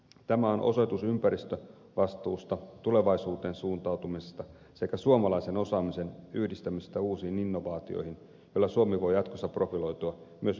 tämä on osoitus ympäristövastuusta tulevaisuuteen suuntautumisesta sekä suomalaisen osaamisen yhdistämisestä uusiin innovaatioihin joilla suomi voi jatkossa profiloitua myös vientimarkkinoilla